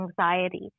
anxiety